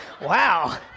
wow